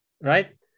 right